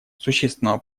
существенного